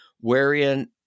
wherein